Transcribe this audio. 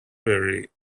very